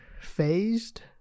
phased